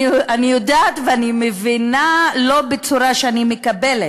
ואני מבינה לא בצורה שאני מקבלת.